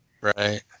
right